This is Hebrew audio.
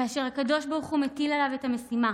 כאשר הקדוש ברוך הוא מטיל עליו את המשימה